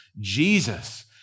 Jesus